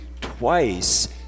twice